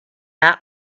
out